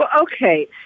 Okay